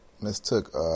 mistook